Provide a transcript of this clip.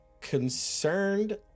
concerned